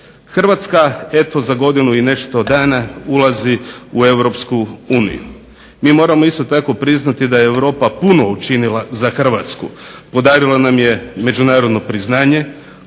Hrvatska za godinu i nešto dana ulazi u europsku uniju, mi moramo isto tako priznati da je Europa puno učinila za Hrvatsku, podarila nam je međunarodno priznanje,